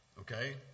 Okay